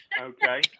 Okay